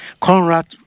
Conrad